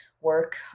work